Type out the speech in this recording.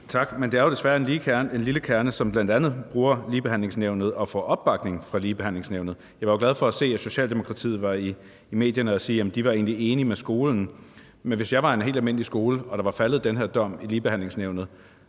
Tak. Men det er jo desværre en lille kerne, som bl.a. bruger Ligebehandlingsnævnet og får opbakning fra Ligebehandlingsnævnet. Jeg var glad for at se, at Socialdemokratiet var i medierne og sige, at de egentlig var enige med skolen, men hvis jeg var på en helt almindelig skole, og der var faldet den her dom i Ligebehandlingsnævnet,